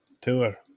tour